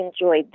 enjoyed